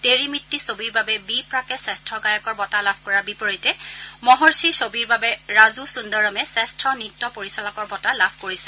তেৰী মিট্টি ছবিৰ বাবে বি প্ৰাকে শ্ৰেষ্ঠ গায়কৰ বঁটা লাভ কৰাৰ বিপৰীতে মহৰ্ষি ছবিৰ বাবে ৰাজু সুন্দৰমে শ্ৰেষ্ঠ নৃত্য পৰিচালকৰ বঁটা লাভ কৰিছে